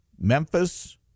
Memphis